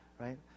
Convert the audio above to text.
right